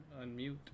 unmute